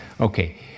Okay